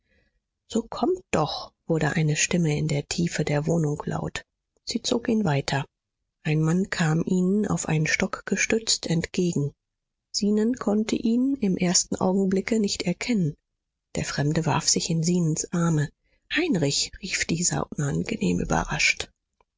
so kommt doch wurde eine stimme in der tiefe der wohnung laut sie zog ihn weiter ein mann kam ihnen auf einen stock gestützt entgegen zenon konnte ihn im ersten augenblicke nicht erkennen der fremde warf sich in zenons arme heinrich rief dieser unangenehm überrascht